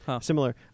Similar